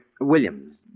Williams